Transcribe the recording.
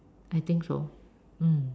I think so mm